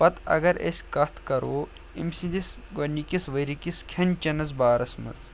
پتہٕ اگر أسۍ کتھ کَرو أمۍ سٕنٛدِس گۄڈٕنِکِس ؤرِی کِس کھٮ۪ن چٮ۪نَس بارَس منٛز